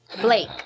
Blake